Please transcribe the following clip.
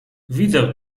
widzę